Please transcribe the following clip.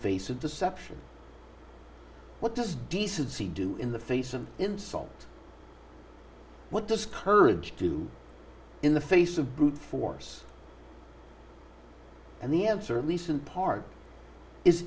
face of deception what does decency do in the face of insult what discouraged do in the face of brute force and the answer at least in part is